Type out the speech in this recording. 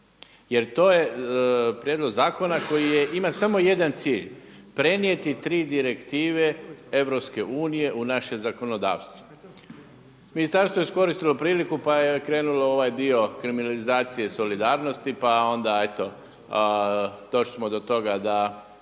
Jer to je prijedlog zakona koji ima samo jedan cilj prenijeti tri direktive EU u naše zakonodavstvo. Ministarstvo je iskoristilo priliku pa je krenulo u ovaj dio kriminalizacije solidarnosti, pa onda eto došli smo do toga da